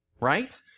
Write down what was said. Right